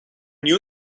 new